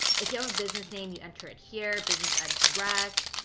if you have a business name, you enter it here. business address.